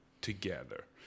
together